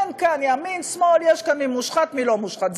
אין כאן ימין שמאל, יש כאן מי מושחת ומי לא מושחת.